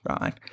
right